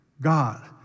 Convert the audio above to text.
God